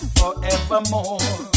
forevermore